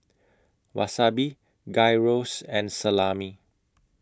Wasabi Gyros and Salami